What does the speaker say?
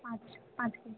पाँच पाँच के जी